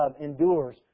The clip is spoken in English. endures